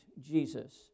Jesus